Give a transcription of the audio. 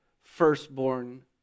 firstborn